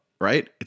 right